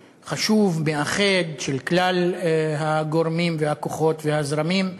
חשוב, מאחד, של כלל הגורמים והכוחות והזרמים.